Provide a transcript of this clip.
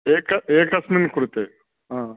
एक एकस्मिन् कृते हा